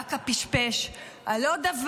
צעק הפשפש: על לא דבר,